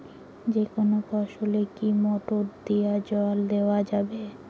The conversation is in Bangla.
যেকোনো ফসলে কি মোটর দিয়া জল দেওয়া যাবে?